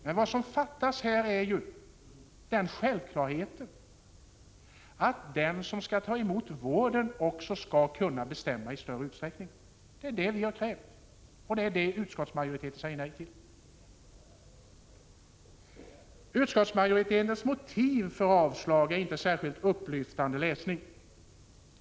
Men vad som fattas här är den självklarheten att den som skall ta emot vården också skall kunna bestämma i större utsträckning. Det är det vi har krävt och det är vad utskottsmajoriteten säger nej till. Utskottsmajoritetens motiv för avslag är inte särskilt upplyftande läsning.